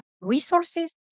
resources